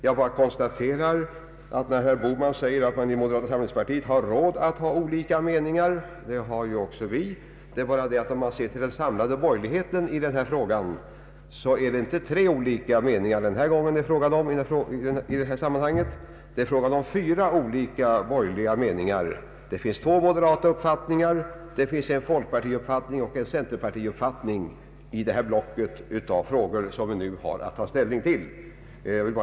Jag bara konstaterar att när herr Bohman säger att man inom moderata samlingspartiet har råd att ha olika meningar, så är förhållandet detsamma med oss. Skillnaden är bara den att det inom den samlade borgerligheten i denna fråga inte endast finns tre olika meningar, utan i detta sammanhang är det frågan om fyra olika borgerliga meningar. Det finns två moderata uppfattningar, det finns en folkpartiuppfattning och en centerpartiuppfattning i det block av frågor som vi nu har att ta ställning till. Herr talman!